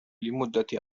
لمدة